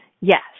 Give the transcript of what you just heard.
yes